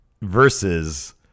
versus